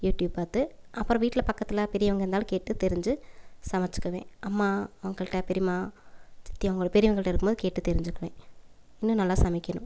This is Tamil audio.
யூடியூப் பார்த்து அப்புறம் வீட்டில் பக்கத்தில் பெரியவங்க இருந்தாலும் கேட்டு தெரிஞ்சு சமைச்சிக்குவேன் அம்மா அவங்கள்ட்ட பெரியமா சித்தி பெரியவங்கள்கிட்ட கேட்டு தெரிஞ்சுக்குவேன் இன்னும் நல்லா சமைக்கணும்